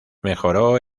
mejoró